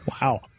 Wow